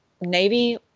Navy